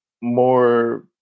more